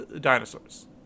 dinosaurs